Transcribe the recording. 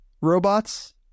robots